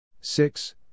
six